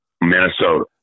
Minnesota